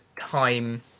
time